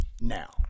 now